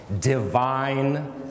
divine